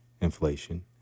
inflation